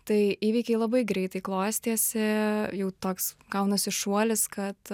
tai įvykiai labai greitai klostėsi jau toks gaunasi šuolis kad